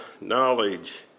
knowledge